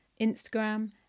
Instagram